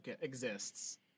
exists